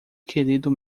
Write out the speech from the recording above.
querido